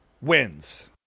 wins